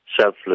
selfless